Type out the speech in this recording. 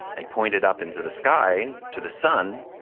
and pointed up into the sky to the sun.